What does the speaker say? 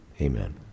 amen